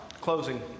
closing